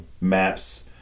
maps